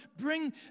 bring